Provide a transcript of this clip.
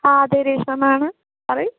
ആ അതെ രേഷ്മ മാം ആണ് പറയൂ